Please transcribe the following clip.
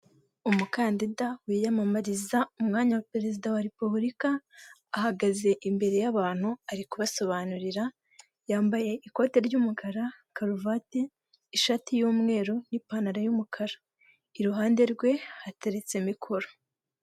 Umukandida wiyamamariza umwanya wa perezida wa repuburika, ahagaze imbere y'abantu ari kubasobanurira yambaye ikote ry'umukara, karuvati ishati y'umweru, n'ipantaro y'umukara iruhande rwe hateretse mikoro.